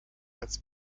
als